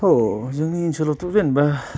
औ जोंनि ओनसोलावथ' जेनेबा